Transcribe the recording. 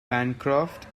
bancroft